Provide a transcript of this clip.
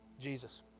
Jesus